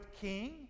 king